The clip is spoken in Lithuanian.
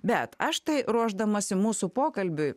bet aš tai ruošdamasi mūsų pokalbiui